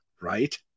right